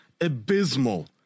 abysmal